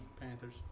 Panthers